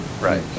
Right